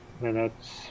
minutes